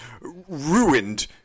ruined